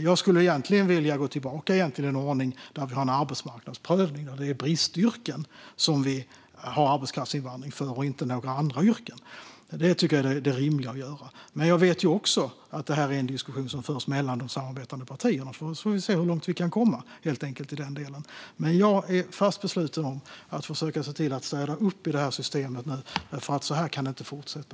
Jag skulle egentligen vilja gå tillbaka till den ordning där vi har en arbetsmarknadsprövning och att det är bristyrken som vi har arbetskraftsinvandring för och inte några andra yrken. Det är det rimliga att göra. Jag vet också att det är en diskussion som förs mellan de samarbetande partierna. Vi får se hur långt vi kan komma i den delen helt enkelt. Jag är fast besluten att nu försöka städa upp i det här systemet, för så här kan det inte fortsätta.